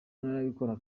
arabikora